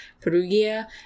Perugia